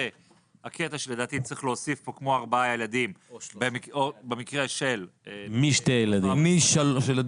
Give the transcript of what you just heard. הקטע שלדעתי צריך להוסיף כאן כמו ארבעה ילדים --- משלושה ילדים ומעלה.